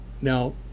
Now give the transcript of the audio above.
Now